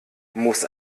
muss